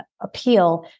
appeal